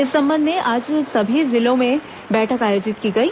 इस संबंध में आज सभी जिलों में बैठक आयोजित की गई